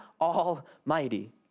Almighty